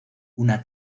una